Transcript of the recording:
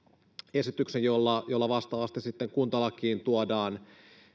esityksen jolla jolla vastaavasti sitten kuntalakiin tuodaan